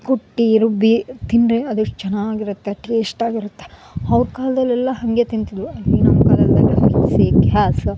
ಕುಟ್ಟಿ ರುಬ್ಬಿ ತಿಂದರೆ ಅದೆಷ್ಟು ಚೆನ್ನಾಗಿರುತ್ತೆ ಟೇಶ್ಟಾಗಿರುತ್ತೆ ಅವ್ರ ಕಾಲದಲ್ಲೆಲ್ಲ ಹಾಗೆ ತಿಂತಿದ್ದರು ಈಗ ನಮ್ಮ ಕಾಲದಲ್ಲೆಲ್ಲ ಮಿಕ್ಸಿ ಗ್ಯಾಸ್